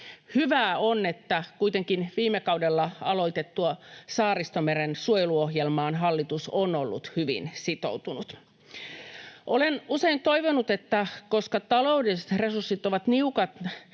Hyvää on, että kuitenkin viime kaudella aloitettuun Saaristomeren suojeluohjelmaan hallitus on ollut hyvin sitoutunut. Olen usein toivonut, että koska taloudelliset resurssit ovat niukat,